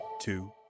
two